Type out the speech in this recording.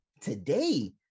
today